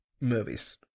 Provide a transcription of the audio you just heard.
movies